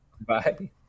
Bye